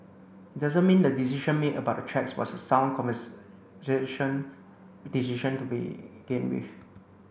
it doesn't mean the decision made about the tracks was a sound conversation decision to begin with